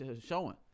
showing